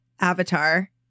Avatar